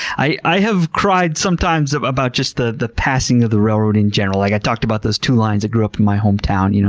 i i have cried sometimes about just the the passing of the railroad in general. like i talked about those two lines that grew up in my hometown. you know